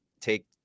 take